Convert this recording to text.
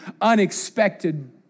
unexpected